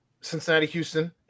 Cincinnati-Houston